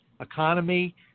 economy